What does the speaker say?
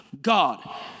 God